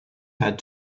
had